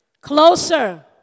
Closer